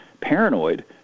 paranoid